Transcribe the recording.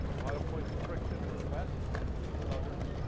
lot of points of friction with the west and with others.